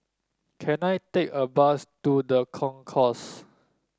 can I take a bus to The Concourse